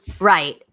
Right